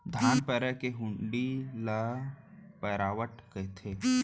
धान पैरा के हुंडी ल पैरावट कथें